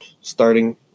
starting